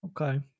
okay